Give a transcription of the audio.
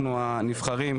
אנחנו הנבחרים.